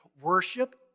Worship